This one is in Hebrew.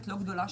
לא גדולה,